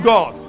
God